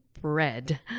bread